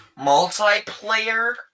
Multiplayer